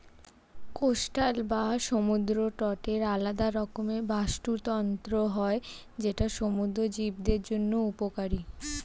coastal বা সমুদ্র তটের আলাদা রকমের বাস্তুতন্ত্র হয় যেটা সমুদ্র জীবদের জন্য উপকারী